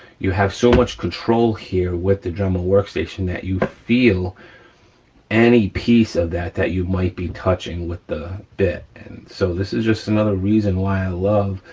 you have so much control here with the dremel workstation that you feel any piece of that that you might be touching with the bit. and so this is just another reason why i love